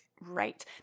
Right